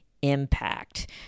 impact